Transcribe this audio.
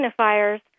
signifiers